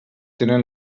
tenen